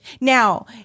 now